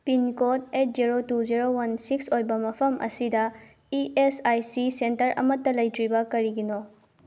pin code eight zero two zero one six ꯑꯣꯏꯕ ꯃꯐꯝ ꯑꯁꯤꯗ E S I C centre ꯑꯃꯠꯇ ꯂꯩꯇ꯭ꯔꯤꯕ ꯀꯔꯤꯒꯤꯅꯣ